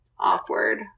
Awkward